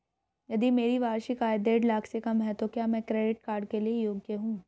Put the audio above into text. यदि मेरी वार्षिक आय देढ़ लाख से कम है तो क्या मैं क्रेडिट कार्ड के लिए योग्य हूँ?